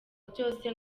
byose